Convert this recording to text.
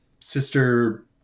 sister